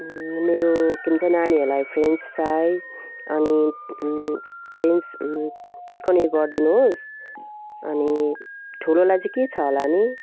मेरो के भन्छ नानीहरूलाई फ्रेन्च फ्राई अनि फ्रेन्च चिकन नै गरिदिनुहोस् अनि ठुलोलाई चाहिँ के छ होला नि